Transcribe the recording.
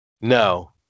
No